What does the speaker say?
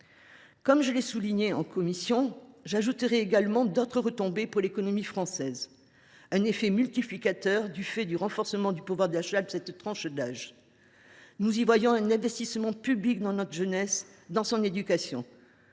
Comme je l’ai déjà souligné en commission, s’ajouteraient d’autres retombées pour l’économie française par un effet multiplicateur du fait du renforcement du pouvoir d’achat de la tranche d’âge en question. Nous y voyons aussi un investissement public dans notre jeunesse et dans son éducation